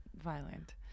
violent